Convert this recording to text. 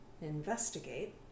investigate